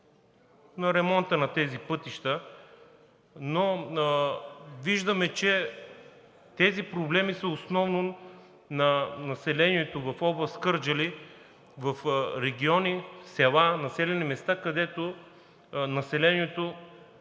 на ремонта на тези пътища. Но виждаме, че тези проблеми са основно на населението в област Кърджали. В региони, в села, в населени места, където населението,